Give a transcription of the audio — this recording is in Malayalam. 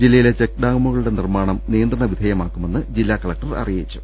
ജില്ലയിലെ ചെക്ക് ഡാമുകളുടെ നിർമ്മാണം നിയന്ത്രണ വിധേയമാക്കുമെന്ന് ജില്ലാ കലക്ടർ അറി യിച്ചു